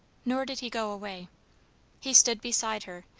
nor did he go away he stood beside her,